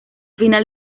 final